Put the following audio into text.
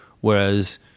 whereas